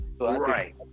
Right